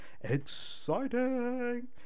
Exciting